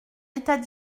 état